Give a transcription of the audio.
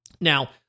Now